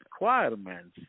requirements